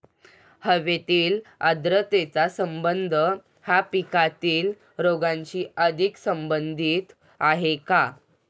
हवेतील आर्द्रतेचा संबंध हा पिकातील रोगांशी अधिक संबंधित आहे का?